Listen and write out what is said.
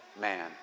man